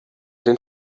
den